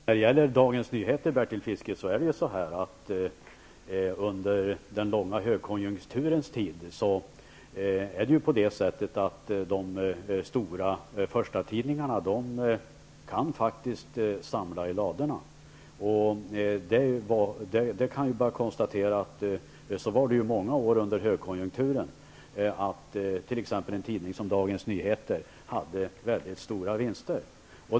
Herr talman! Under en lång högkonjunktur kan de stora tidningarna och förstatidningarna samla i ladorna. Vi kan konstatera att en tidning som Dagens Nyheter under många år då det var högkonjunktur hade mycket stora vinster.